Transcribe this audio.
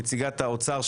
נציגת האוצר,